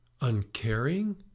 uncaring